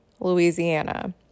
louisiana